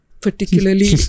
particularly